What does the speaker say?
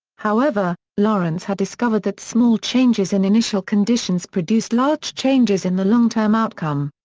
however, lorenz had discovered that small changes in initial conditions produced large changes in the long-term outcome.